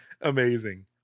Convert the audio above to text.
Amazing